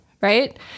Right